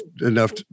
enough